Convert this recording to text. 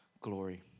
glory